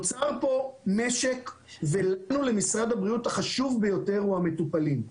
נוצר פה משק והדבר החשוב ביותר הוא המטופלים.